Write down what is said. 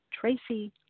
Tracy